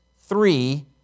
three